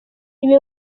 ibi